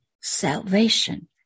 salvation